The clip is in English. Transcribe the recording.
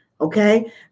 Okay